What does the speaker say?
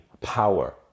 power